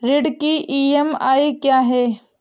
ऋण की ई.एम.आई क्या है?